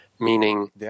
meaning